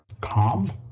calm